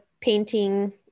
painting